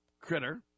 critter